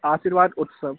आशीर्वाद उत्सव